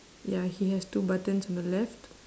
ya he has two buttons on the left